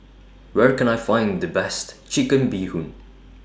Where Can I Find The Best Chicken Bee Hoon